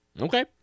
Okay